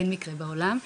אין מקרה בעולם.